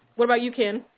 what about you, ken?